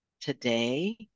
today